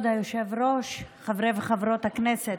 כבוד היושב-ראש, חברי וחברות הכנסת,